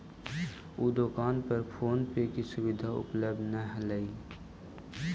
उ दोकान पर फोन पे के सुविधा उपलब्ध न हलई